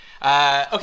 Okay